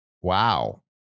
Wow